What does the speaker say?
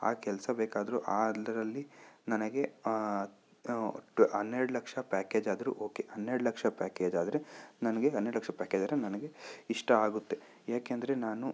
ಆ ಕೆಲಸ ಬೇಕಾದರು ಆ ಅದರಲ್ಲಿ ನನಗೆ ಹನ್ನೆರ್ಡು ಲಕ್ಷ ಪ್ಯಾಕೇಜ್ ಆದರೂ ಓಕೆ ಹನ್ನೆರ್ಡು ಲಕ್ಷ ಪ್ಯಾಕೇಜ್ ಆದರೆ ನನಗೆ ಹನ್ನೆರ್ಡು ಲಕ್ಷರುಪಾಯಿ ಕೇಳಿದ್ರೆ ನನಗೆ ಇಷ್ಟ ಆಗುತ್ತೆ ಏಕೆಂದರೆ ನಾನು